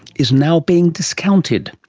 is now being discounted?